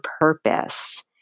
purpose